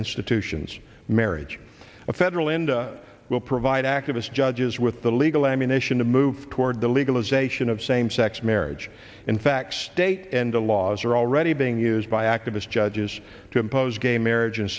institutions marriage a federal into will provide activist judges with the legal ammunition to move toward the legalization of same sex marriage in fact state and the laws are already being used by activist judges to impose gay marriage and